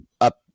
up